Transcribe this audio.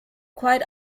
quite